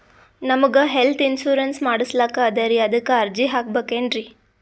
ನಮಗ health insurance ಮಾಡಸ್ಲಾಕ ಅದರಿ ಅದಕ್ಕ ಅರ್ಜಿ ಹಾಕಬಕೇನ್ರಿ?